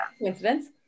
Coincidence